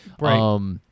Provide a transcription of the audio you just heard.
Right